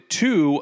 two